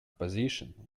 position